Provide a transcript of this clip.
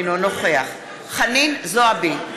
אינו נוכח חנין זועבי,